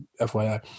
FYI